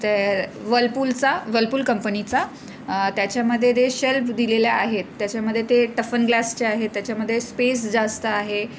त्या वलपूलचा वलपूल कंपनीचा त्याच्यामध्ये ते शेल्फ दिलेल्या आहेत त्याच्यामध्ये ते टफन ग्लासचे आहेत त्याच्यामध्ये स्पेस जास्त आहे